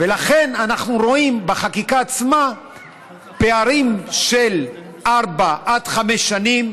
ולכן אנחנו רואים בחקיקה עצמה פערים של ארבע עד חמש שנים.